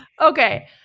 Okay